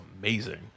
amazing